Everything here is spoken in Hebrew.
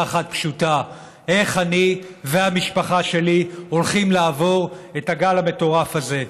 אחת פשוטה: איך אני והמשפחה שלי הולכים לעבור את הגל המטורף הזה?